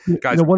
guys